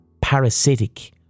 parasitic